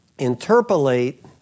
interpolate